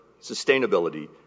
sustainability